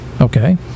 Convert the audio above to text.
okay